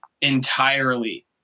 entirely